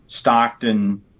Stockton